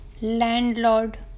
landlord